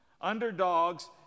Underdogs